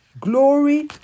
Glory